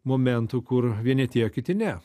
momentų kur vieni atėjo kiti ne